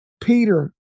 Peter